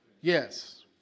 Yes